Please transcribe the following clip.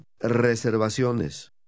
reservaciones